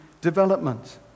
development